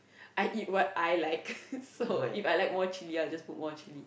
I eat what I like so If I like more chilli I'll just put more chilli